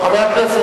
חבר הכנסת